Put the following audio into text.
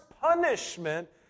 punishment